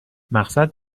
مقصد